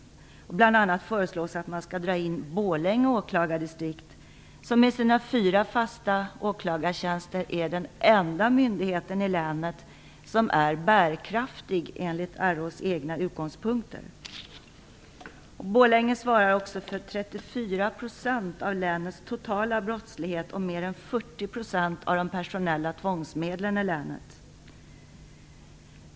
Bl.a. föreslås att man skall dra in Borlänge åklagardistrikt, som med sina fyra fasta åklagartjänster är den, från RÅ:s egna utgångspunkter, enda myndighet i länet som är bärkraftig. Borlänge svarar för 34 % av länets totala brottslighet och för mer än 40 % av de personella tvångsmedlen i länet.